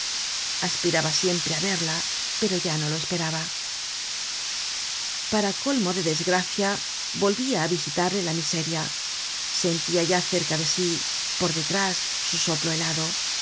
aspiraba siempre á verla pero ya no lo esperaba para colmo de desgracia volvia á visitarle la miseria sentia ya cerca de sí por detrás su soplo helado